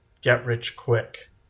get-rich-quick